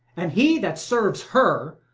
and he that serves her,